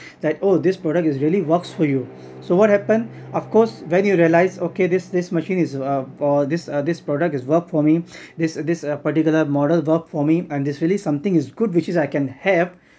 that oh this product is really works for you so what happen of course then you realized okay this this machine is or this or this product is work for me this this particular model work for me and it's really something is good which is I can have